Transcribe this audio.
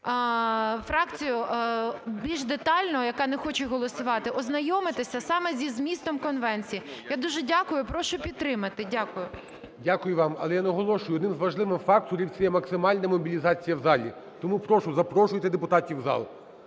фракцію більш детально, яка не хоче голосувати, ознайомитися саме зі змістом конвенції. Я дуже дякую. Прошу підтримати. Дякую. ГОЛОВУЮЧИЙ. Дякую вам. Але я наголошую, одним з важливих факторів це є максимальна мобілізація в залі. Тому прошу, запрошуйте депутатів в зал,